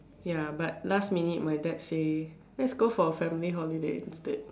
ya but last minute my dad say let's go for a family holiday instead